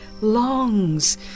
longs